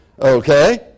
Okay